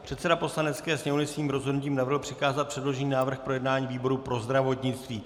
Předseda Poslanecké sněmovny svým rozhodnutím navrhl přikázat předložený návrh k projednání výboru pro zdravotnictví.